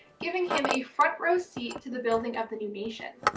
giving him a front row seat to the building of the new nation.